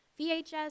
VHS